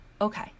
Okay